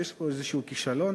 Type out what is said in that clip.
שיש פה איזשהו כישלון,